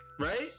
Right